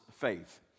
faith